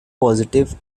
positive